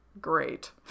great